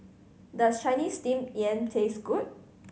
does Chinese Steamed Yam taste good